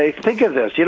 ah think of this. yeah